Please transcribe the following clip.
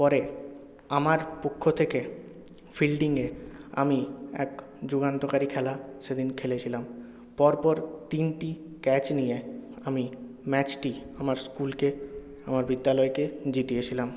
পরে আমার পক্ষ থেকে ফিল্ডিংয়ে আমি এক যুগান্তকারী খেলা সেদিন খেলেছিলাম পর পর তিনটি ক্যাচ নিয়ে আমি ম্যাচটি আমার স্কুলকে আমার বিদ্যালয়কে জিতিয়েছিলাম